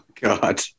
God